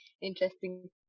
interesting